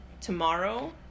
tomorrow